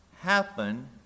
happen